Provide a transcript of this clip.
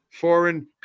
foreign